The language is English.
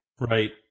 Right